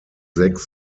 sechs